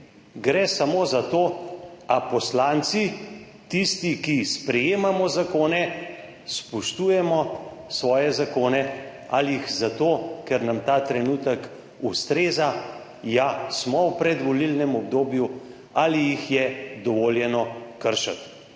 Gre samo za to, a poslanci, tisti, ki sprejemamo zakone, spoštujemo svoje zakone. Ali jih spoštujemo zato, ker nam ta trenutek ustreza, ja, smo v predvolilnem obdobju, ali jih je dovoljeno kršiti?